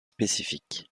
spécifiques